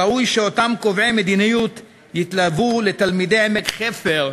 ראוי שאותם קובעי מדיניות יתלוו לתלמידי עמק-חפר,